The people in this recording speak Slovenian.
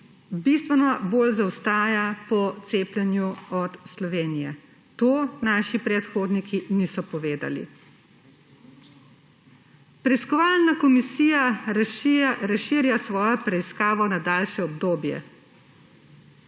bistveno bolj zaostaja po cepljenju od Slovenije. Tega naši predhodniki niso povedali. Preiskovalna komisija razširja svojo preiskavo na daljše obdobje.